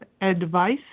advice